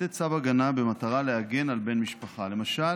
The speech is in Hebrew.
לתת צו הגנה במטרה להגן על בן משפחה, למשל